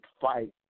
fight